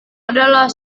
adalah